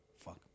fuck